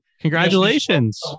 Congratulations